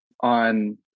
on